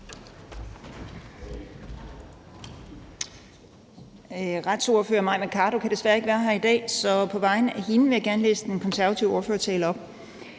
retsordfører, Mai Mercado, kan desværre ikke være her i dag, så på vegne af hende vil jeg gerne læse den konservative ordførertale op.